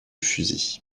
fusil